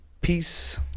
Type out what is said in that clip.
Peace